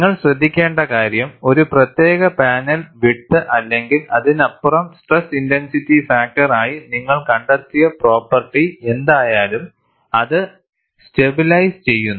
നിങ്ങൾ ശ്രദ്ധിക്കേണ്ട കാര്യം ഒരു പ്രത്യേക പാനൽ വിഡ്ത് അല്ലെങ്കിൽ അതിനപ്പുറം സ്ട്രെസ് ഇന്റൻസിറ്റി ഫാക്ടർ ആയി നിങ്ങൾ കണ്ടെത്തിയ പ്രോപ്പർട്ടി എന്തായാലും അത് സ്റ്റെബിലൈസ് ചെയുന്നു